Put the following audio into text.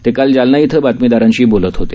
ते काल जालना इथं बातमीदारांशी बोलत होते